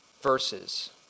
verses